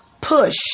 push